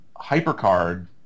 HyperCard